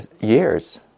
years